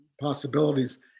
possibilities